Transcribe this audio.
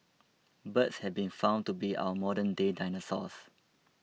birds have been found to be our modernday dinosaurs